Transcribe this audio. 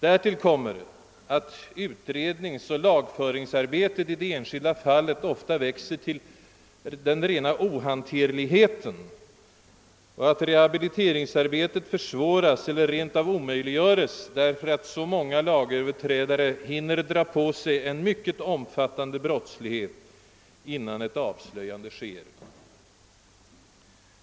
Härtill kommer att utredningsoch lagföringsarbetet i det enskilda fallet ofta växer till rena ohanterligheten och att rehabiliteringsarbetet försvåras eller rent av omöjliggörs därför att med nuvarande brottsutveckling så många lagöverträdare hinner dra på sig en mycket omfattande brottslighet, innan de avslöjas.